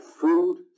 food